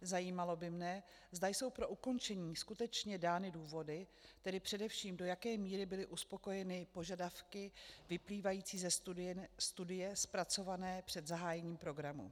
Zajímalo by mne, zda jsou pro ukončení skutečně dány důvody, tedy především do jaké míry byly uspokojeny požadavky vyplývající ze studie zpracované před zahájením programu.